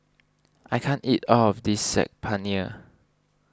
I can't eat all of this Saag Paneer